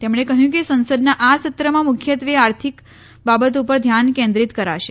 તેમણે કહ્યું કે સંસદના આ સત્રમાં મુખ્યત્વે આર્થિક બાબતો ઉપર ધ્યાન કેન્રીશેત કરાશે